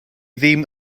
ddim